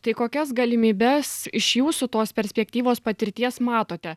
tai kokias galimybes iš jūsų tos perspektyvos patirties matote